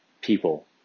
people